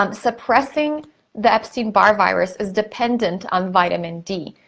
um suppressing the epstein-barr virus is dependent on vitamin d.